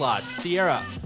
Sierra